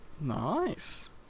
Nice